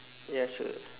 ya sure